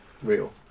Real